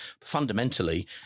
Fundamentally